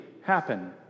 happen